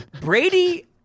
Brady